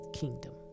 kingdom